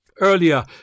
earlier